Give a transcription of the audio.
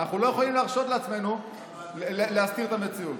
ואנחנו לא יכולים להרשות לעצמנו להסתיר את המציאות.